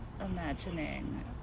imagining